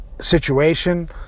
situation